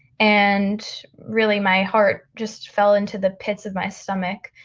and really, my heart just fell into the pits of my stomach.